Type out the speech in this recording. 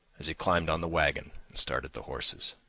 as he climbed on the wagon and started the horses.